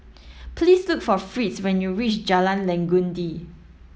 please look for Fritz when you reach Jalan Legundi